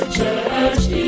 Church